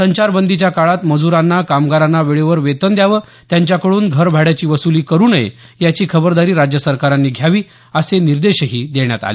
संचारबंदीच्या काळात मजुरांना कामगारांना वेळेवर वेतन द्यावं त्यांच्याकडून घरभाड्याची वसुली करू नये याची खबरदारी राज्य सरकारांनी घ्यावी असे निर्देशही देण्यात आले